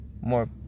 more